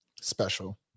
special